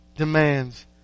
Demands